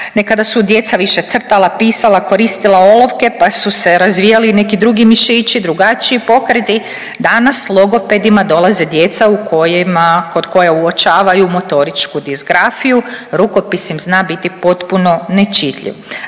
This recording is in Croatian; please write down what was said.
nekada su djeca više crtala, pisala, koristila olovke pa su se razvijali neki drugi mišići, drugačiji pokreti, danas logopedima dolaze djeca u kojima, kod kojih uočavaju motoričku disgrafiju, rukopis im zna biti potpuno nečitljiv.